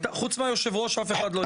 חוץ מהיושב-ראש אף אחד לא הפריע לי.